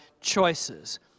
choices